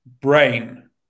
brain